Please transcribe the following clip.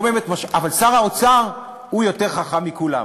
אבל שר האוצר, הוא יותר חכם מכולם,